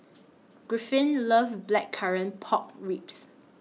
Griffin loves Blackcurrant Pork Ribs